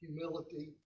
Humility